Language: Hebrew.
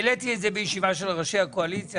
העליתי את זה בישיבה של ראשי הקואליציה,